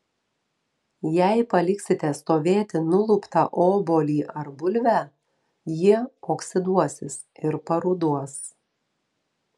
jei paliksite stovėti nuluptą obuolį ar bulvę jie oksiduosis ir paruduos